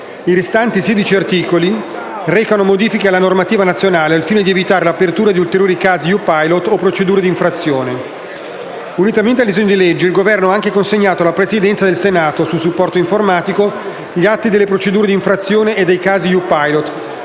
I restanti 16 articoli recano modifiche alla normativa nazionale, al fine di evitare l'apertura di ulteriori casi EU Pilot o procedure di infrazione. Unitamente al disegno di legge, il Governo ha anche consegnato alla Presidenza del Senato, su supporto informatico, gli atti delle procedure di infrazione e dei casi EU Pilot,